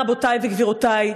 רבותי וגבירותי,